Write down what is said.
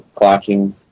clocking